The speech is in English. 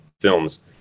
films